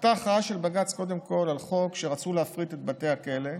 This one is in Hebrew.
הייתה הכרעה של בג"ץ קודם כול על חוק שרצו להפריט את בתי הכלא,